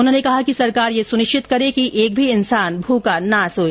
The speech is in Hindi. उन्होंने कहा कि सरकार यह सुनिश्चित करें कि एक भी इंसान भूखा नहीं सोए